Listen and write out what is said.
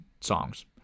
songs